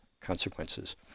consequences